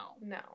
No